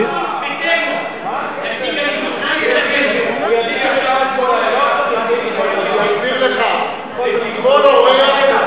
עם נציג הליכוד ביתנו, אני אסביר לך, כל אורח,